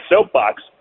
soapbox